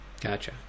gotcha